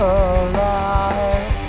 alive